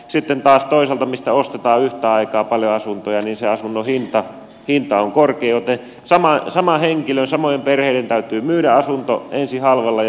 sitten taas toisaalla mistä ostetaan yhtä aikaa paljon asuntoja se asunnon hinta on korkea joten samojen perheiden täytyy myydä asunto ensin halvalla ja sitten ostaa kalliilla